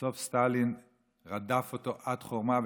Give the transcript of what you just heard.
בסוף סטלין רדף אותו עד חורמה,